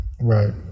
Right